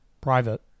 private